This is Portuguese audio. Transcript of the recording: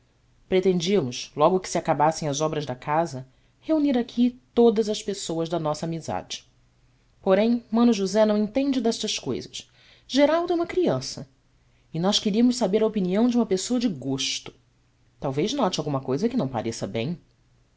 pretendíamos logo que se acabassem as obras da casa reunir aqui todas as pessoas da nossa amizade porém mano josé não entende destas coisas geraldo é uma criança e nós queríamos saber a opinião de uma pessoa de gosto talvez note alguma coisa que não pareça bem